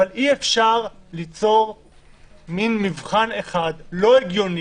אבל אי-אפשר ליצור מבחן אחד לא הגיוני.